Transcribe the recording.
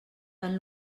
van